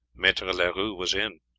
maitre leroux was in.